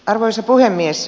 arvoisa puhemies